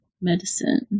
medicine